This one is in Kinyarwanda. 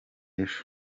ejo